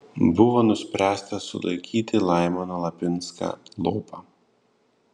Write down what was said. buvo nuspręsta sulaikyti laimoną lapinską lopą